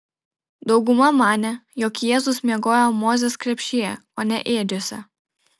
dauguma manė jog jėzus miegojo mozės krepšyje o ne ėdžiose